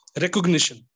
recognition